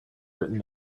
written